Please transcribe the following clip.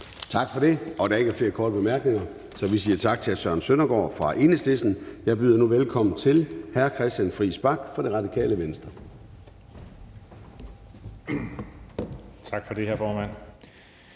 Tak for det. Der er ikke flere korte bemærkninger, så vi siger tak til hr. Søren Søndergaard fra Enhedslisten. Jeg byder nu velkommen til hr. Christian Friis Bach fra Radikale Venstre. Kl. 18:24 (Ordfører)